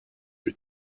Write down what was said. que